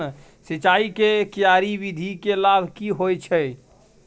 सिंचाई के क्यारी विधी के लाभ की होय छै?